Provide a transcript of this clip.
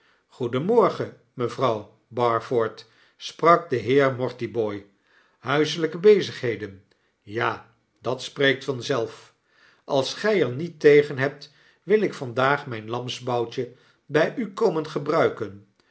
mevrouw barford sprak de heer mortibooi huiseljjkebezigheden ja dat spreekt vanzelf als gtj er niet tegen hebt wil ik vandaag myn larasboutje bij u komen gebruiken